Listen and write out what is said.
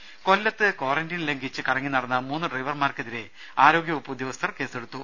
രുമ കൊല്ലത്ത് ക്വാറന്റയിൻ ലംഘിച്ച് കറങ്ങിനടന്ന മൂന്ന് ഡ്രൈവർമാർക്കെതിരെ ആരോഗ്യ വകുപ്പ് ഉദ്യോഗസ്ഥർ കേസെടുത്തു